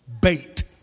Bait